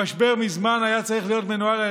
המשבר מזמן היה צריך להיות מנוהל על